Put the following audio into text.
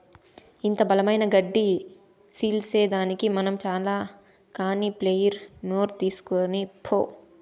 ఇంత బలమైన గడ్డి సీల్సేదానికి మనం చాల కానీ ప్లెయిర్ మోర్ తీస్కరా పో